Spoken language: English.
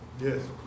Yes